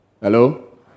Hello